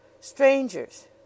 Strangers